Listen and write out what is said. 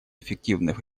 эффективных